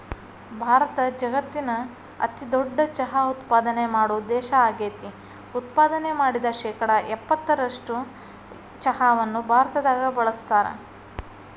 ಭಾರತ ಜಗತ್ತಿನ ಅತಿದೊಡ್ಡ ಚಹಾ ಉತ್ಪಾದನೆ ಮಾಡೋ ದೇಶ ಆಗೇತಿ, ಉತ್ಪಾದನೆ ಮಾಡಿದ ಶೇಕಡಾ ಎಪ್ಪತ್ತರಷ್ಟು ಚಹಾವನ್ನ ಭಾರತದಾಗ ಬಳಸ್ತಾರ